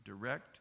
direct